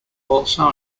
also